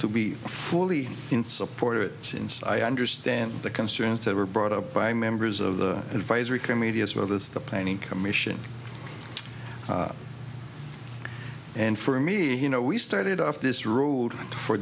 to be fully in support of it since i understand the concerns that were brought up by members of the advisory committee as well as the planning commission and for me you know we started off